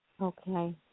Okay